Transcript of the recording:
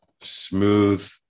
Smooth